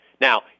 Now